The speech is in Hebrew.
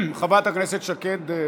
חברת הכנסת שקד,